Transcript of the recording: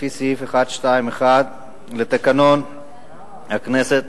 לפי סעיף 121 לתקנון הכנסת,